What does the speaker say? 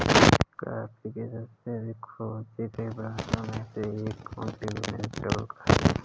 coffee के सबसे अधिक खोजे गए ब्रांडों में से एक कॉन्टिनेंटल कॉफ़ी है